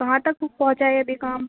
کہاں تک پہنچا ہے ابھی کام